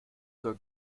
zur